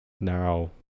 Now